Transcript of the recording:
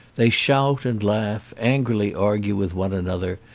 they shout and laugh, angrily argue with one another,